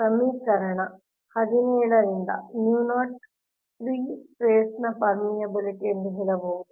ಸಮೀಕರಣ 17 ರಿಂದ free space ನ ಪೆರ್ಮಿಎಬಿಲಿಟಿ ಎಂದು ಹೇಳಬಹುದು